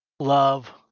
love